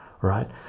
right